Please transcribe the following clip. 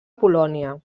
polònia